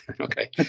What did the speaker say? Okay